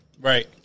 Right